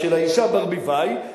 של האשה ברביבאי.